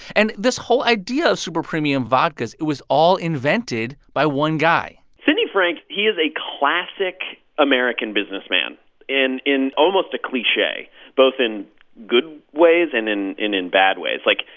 and this whole idea of super-premium vodka it was all invented by one guy sidney frank he is a classic american businessman in in almost a cliche both in good ways and in in bad ways. like,